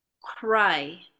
cry